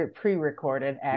pre-recorded